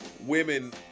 women